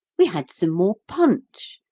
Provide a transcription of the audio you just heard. we had some more punch,